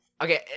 Okay